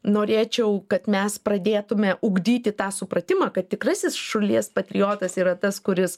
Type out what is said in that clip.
norėčiau kad mes pradėtume ugdyti tą supratimą kad tikrasis šalies patriotas yra tas kuris